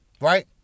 right